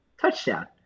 Touchdown